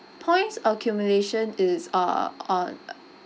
points accumulation is uh on